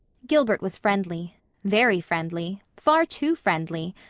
gilbert was friendly very friendly far too friendly.